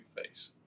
face